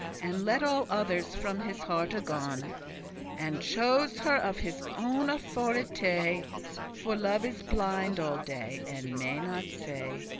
and let all others from his hearte gon, and chose her of his own authority for love is blind all day, and may not see.